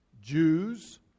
Jews